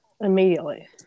Immediately